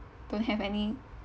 don't have any